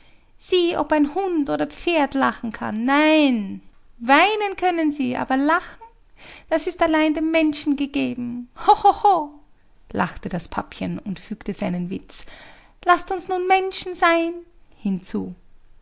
sieh ob ein hund oder pferd lachen kann nein weinen können sie aber lachen das ist allein dem menschen gegeben ho ho ho lachte das papchen und fügte seinen witz laßt uns nun menschen sein hinzu